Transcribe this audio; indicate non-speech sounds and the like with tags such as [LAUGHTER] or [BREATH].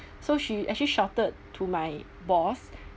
so she actually shouted to my boss [BREATH]